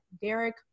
Derek